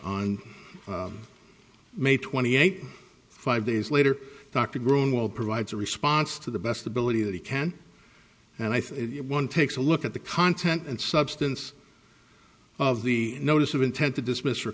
on may twenty eighth five days later dr grown will provides a response to the best ability that he can and i think one takes a look at the content and substance of the notice of intent to dismiss